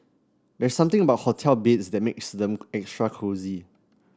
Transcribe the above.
there's something about hotel beds that makes them extra cosy